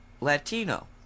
Latino